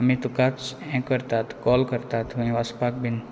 आमी तुकाच हें करतात कॉल करता थंय वसपाक बीन